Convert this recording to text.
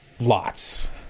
lots